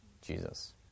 Jesus